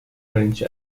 french